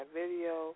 video